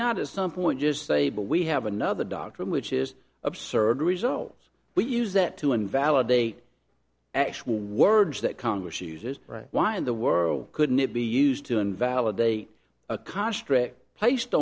not as some point just say but we have another doctrine which is absurd results we use that to invalidate actual words that congress uses right why in the world couldn't it be used to invalidate